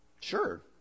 Sure